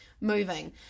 moving